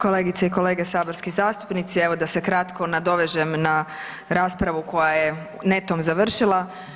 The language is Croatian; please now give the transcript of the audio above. Kolegice i kolege saborski zastupnici, evo da se kratko nadovežem na raspravu koja je netom završila.